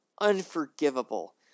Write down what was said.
unforgivable